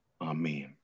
Amen